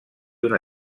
una